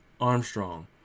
Armstrong